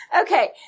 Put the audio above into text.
Okay